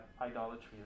idolatry